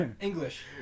English